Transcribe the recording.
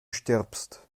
stirbst